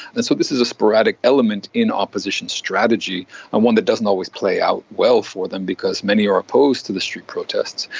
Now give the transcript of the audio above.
and so this is a sporadic element in opposition strategy and one that doesn't always play out well for them because many are opposed to the street protests,